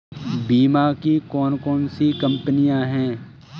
बीमा की कौन कौन सी कंपनियाँ हैं?